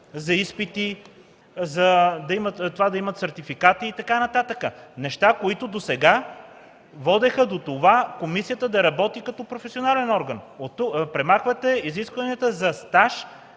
за изпити, за това да има сертификати и така нататък, неща, които водеха до това комисията да работи професионален орган. Премахвате изискванията за стаж